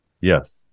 Yes